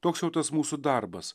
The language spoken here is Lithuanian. toks jau tas mūsų darbas